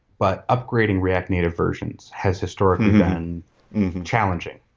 but upgrading react native versions has historically been challenging.